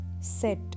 set